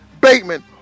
Bateman